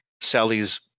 Sally's